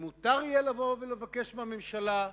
ומותר יהיה לבוא ולבקש מהממשלה: